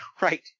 Right